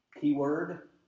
keyword